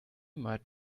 might